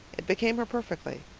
it became her perfectly,